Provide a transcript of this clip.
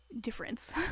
difference